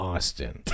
Austin